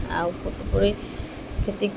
ଆଉ